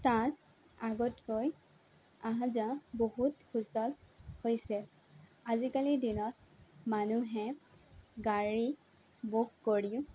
তাত আগতকৈ আহ যাহ বহুত সুচল হৈছে আজিকালিৰ দিনত মানুহে গাড়ী বুক কৰি